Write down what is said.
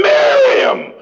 Miriam